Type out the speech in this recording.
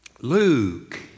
Luke